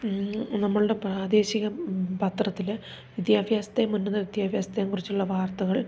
നമ്മളുടെ പ്രാദേശിക പത്രത്തിൽ വിദ്യാഭ്യാസത്തെ മുൻനിർത്തി വിദ്യാഭ്യാസത്തെക്കുറിച്ചുള്ള വാർത്തകൾ